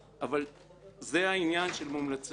אבל זה העניין של מומלצי אגודה.